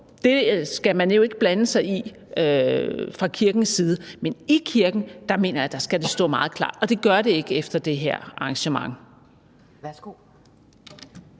Det skal man jo ikke blande sig i fra kirkens side. Men i kirken mener jeg at det skal stå meget klart, og det gør det ikke efter det her arrangement.